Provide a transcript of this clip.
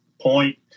point